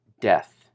death